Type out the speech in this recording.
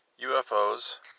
UFOs